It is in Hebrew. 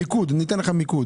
מיקוד, אני אתן לך מיקוד.